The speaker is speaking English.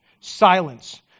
Silence